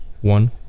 one